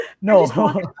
no